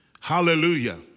Hallelujah